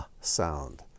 sound